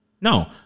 No